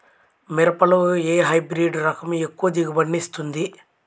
మిరపలో ఏ హైబ్రిడ్ రకం ఎక్కువ దిగుబడిని ఇస్తుంది?